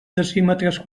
decímetres